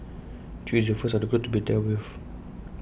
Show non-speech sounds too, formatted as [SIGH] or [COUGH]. chew is the first of the group to be dealt with [NOISE]